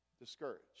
discouraged